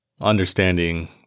understanding